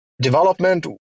development